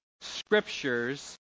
scriptures